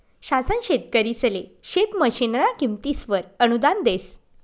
शासन शेतकरिसले शेत मशीनना किमतीसवर अनुदान देस